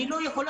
אני לא יכולה,